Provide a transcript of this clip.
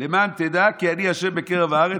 "למען תדע כי אני ה' בקרב הארץ",